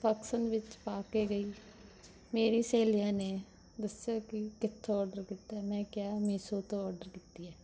function ਵਿੱਚ ਪਾ ਕੇ ਗਈ ਮੇਰੀ ਸਹੇਲੀਆਂ ਨੇ ਦੱਸਿਆ ਕਿ ਕਿੱਥੋਂ ਓਡਰ ਕੀਤਾ ਹੈ ਮੈਂ ਕਿਹਾ ਮੀਸੋ ਤੋਂ ਓਡਰ ਕੀਤੀ ਹੈ